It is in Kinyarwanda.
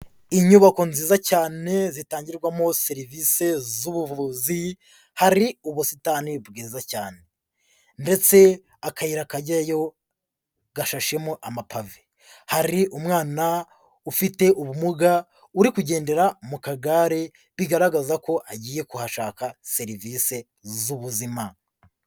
Inyubako nziza cyane zitangirwamo serivisi z'ubuvuzi, hari ubusitani bwiza cyane ndetse akayira kajyayo gashashemo amapave hari umwana ufite ubumuga uri kugendera mu kagare bigaragaza ko agiye kuhashaka serivisi z'ubuzima.